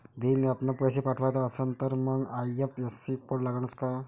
भीम ॲपनं पैसे पाठवायचा असन तर मंग आय.एफ.एस.सी कोड लागनच काय?